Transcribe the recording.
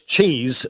cheese